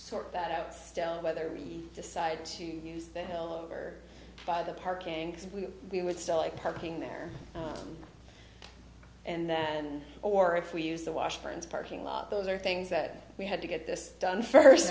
sort that out still whether we decide to use the hell over by the parking we would still like parking there and then or if we use the washburn's parking lot those are things that we had to get this done first